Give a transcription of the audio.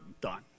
done